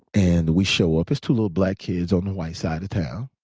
and we show up. it's two little black kids on the white side of town.